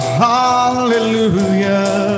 hallelujah